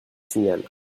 signal